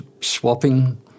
swapping